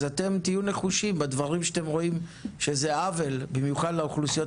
אז אתם תהיו נחושים בדברים שאתם רואים שזה עוול במיוחד לאוכלוסיות